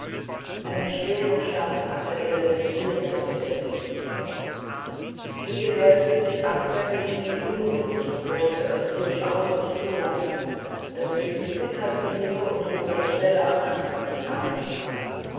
einen schweren stand hatte er der regierungsrätin gegenüber sie gebärdete sich anfänglich wie unsinnig und wollte es durchaus nicht zulassen daß felicitas ihre und rosas stelle am krankenbett einnehme